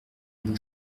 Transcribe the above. mon